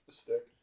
stick